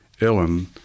Ellen